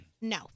no